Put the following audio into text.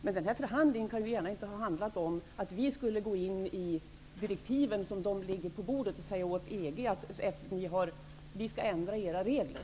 Men denna förhandling kan inte gärna ha handlat om att vi skall gå in i de direktiv som ligger på bordet och säga till EG att ändra sina regler.